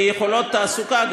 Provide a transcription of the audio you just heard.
וגם יכולות תעסוקה.